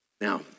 Now